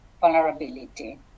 vulnerability